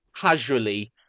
casually